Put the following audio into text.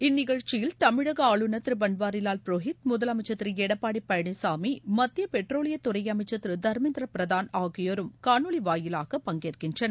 இந்நிகழ்ச்சியில் தமிழக ஆளுநர் திரு பன்வாரிவால் புரோகித் முதலமைச்சர் திரு எடப்பாடி பழனிசாமிஇ மத்திய பெட்ரோலியத் துறை அமைச்சர் திரு தர்மேந்திர பிரதான் ஆகியோரும் காணொலி வாயிலாக பங்கேற்கின்றனர்